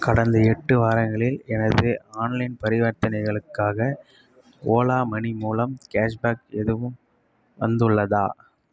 கடந்த எட்டு வாரங்களில் எனது ஆன்லைன் பரிவர்த்தனைகளுக்காக ஓலா மனி மூலம் கேஷ்பேக் எதுவும் வந்துள்ளதா